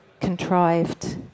contrived